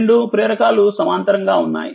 రెండుప్రేరకాలు సమాంతరంగా ఉన్నాయి